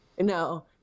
No